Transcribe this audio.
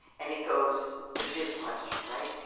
and it goes to this question, right?